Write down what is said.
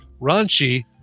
Ranchi